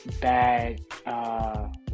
bad